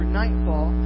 nightfall